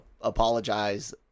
apologize